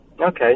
Okay